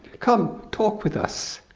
come talk with us.